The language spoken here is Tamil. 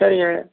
சரிங்க